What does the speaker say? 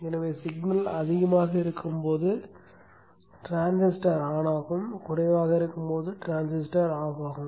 எனவே சிக்னல் அதிகமாக இருக்கும்போது டிரான்சிஸ்டர் ஆன் ஆகும் குறைவாக இருக்கும்போது டிரான்சிஸ்டர் ஆஃப் ஆகும்